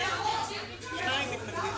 ועדת החוץ והביטחון.